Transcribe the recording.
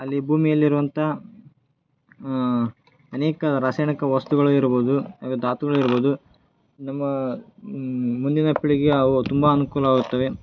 ಅಲ್ಲಿ ಭೂಮಿಯಲ್ಲಿರುವಂಥ ಅನೇಕ ರಾಸಾಯನಿಕ ವಸ್ತುಗಳು ಇರ್ಬೋದು ಹಾಗೆ ಧಾತುಗಳು ಇರ್ಬೋದು ನಮ್ಮ ಮುಂದಿನ ಪೀಳಿಗೆ ಅವು ತುಂಬಾ ಅನುಕೂಲವಾಗುತ್ತವೆ